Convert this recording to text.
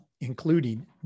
including